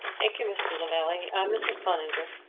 thank you mr lavalley, mrs khan injure.